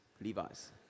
Levi's